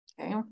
okay